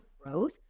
growth